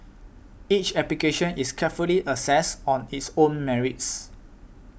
each application is carefully assessed on its own merits